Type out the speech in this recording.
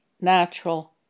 natural